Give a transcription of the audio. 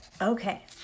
Okay